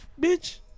bitch